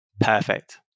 perfect